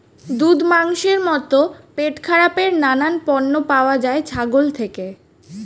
দুধ, মাংসের মতো পেটখারাপের নানান পণ্য পাওয়া যায় ছাগল থেকে